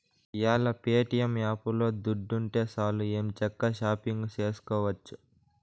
ఈ యేల ప్యేటియం యాపులో దుడ్డుంటే సాలు ఎంచక్కా షాపింగు సేసుకోవచ్చు